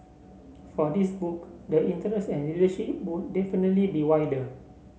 for this book the interest and readership would definitely be wider